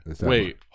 Wait